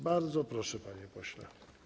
Bardzo proszę, panie pośle.